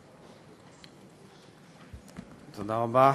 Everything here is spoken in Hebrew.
תודה רבה.